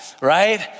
right